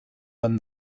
than